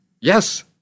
Yes